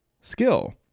Skill